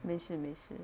没事没事